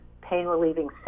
pain-relieving